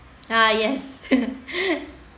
e~ yes